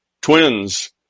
twins